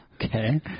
Okay